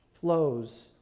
flows